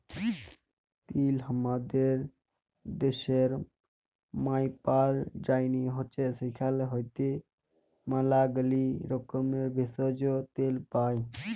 তিল হামাদের ড্যাশের মায়পাল যায়নি হৈচ্যে সেখাল হইতে ম্যালাগীলা রকমের ভেষজ, তেল পাই